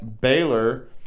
Baylor